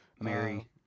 Mary